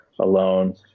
alone